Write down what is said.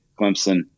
Clemson